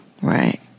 Right